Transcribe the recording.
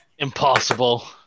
Impossible